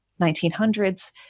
1900s